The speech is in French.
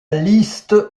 liste